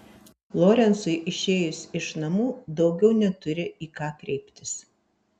lorencui išėjus iš namų daugiau neturi į ką kreiptis